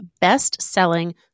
best-selling